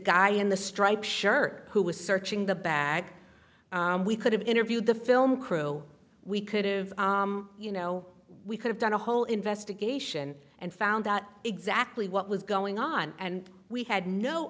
guy in the striped shirt who was searching the bag we could have interviewed the film crew we could've you know we could have done a whole investigation and found out exactly what was going on and we had no